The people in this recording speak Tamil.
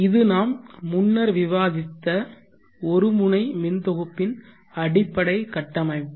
இது நாம் முன்னர் விவாதித்த ஒரு முனை மின் தொகுப்பின் அடிப்படை கட்டமைப்பு